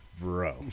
Bro